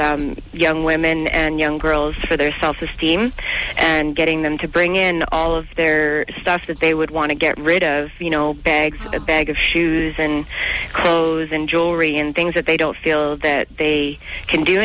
young women and young girls for their self esteem and getting them to bring in all of their stuff that they would want to get rid of you know bag a bag of shoes and clothes and jewelry and things that they don't feel that they can do